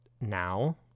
now